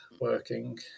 working